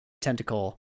Tentacle